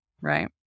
Right